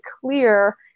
clear